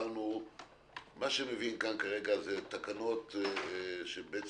מה שמביאים כאן כרגע זה תקנות שמשלימות